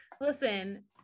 listen